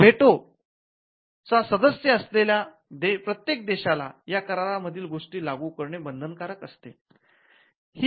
veto चा सदस्य असलेल्या प्रत्येक देशाला या करार मधील गोष्टी लागू करणे बंधनकारक असते